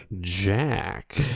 Jack